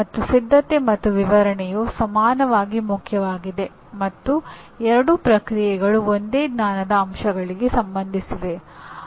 ಮತ್ತು ಸಿದ್ಧತೆ ಮತ್ತು ವಿವರಣೆಯು ಸಮಾನವಾಗಿ ಮುಖ್ಯವಾಗಿದೆ ಮತ್ತು ಎರಡೂ ಪ್ರಕ್ರಿಯೆಗಳು ಒಂದೇ ಜ್ಞಾನದ ಅಂಶಗಳಿಗೆ ಸಂಬಂಧಿಸಿವೆ